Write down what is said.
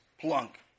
Plunk